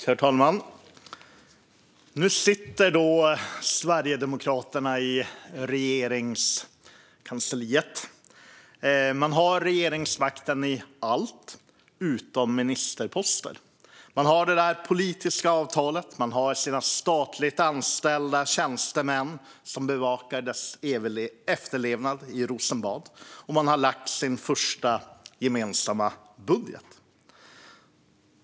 Herr talman! Nu sitter Sverigedemokraterna i Regeringskansliet. De har regeringsmakten i allt utom ministerposter. De har det där politiska avtalet, och de har sina statligt anställda tjänstemän som bevakar dess efterlevnad i Rosenbad. Man har lagt sin första gemensamma budget.